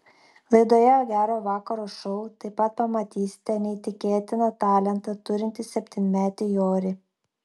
laidoje gero vakaro šou taip pat pamatysite neįtikėtiną talentą turintį septynmetį jorį